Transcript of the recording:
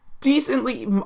decently